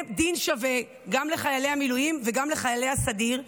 דין שווה לחיילי המילואים וגם לחיילי הסדיר,